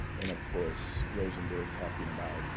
and of course, rosenburg talking about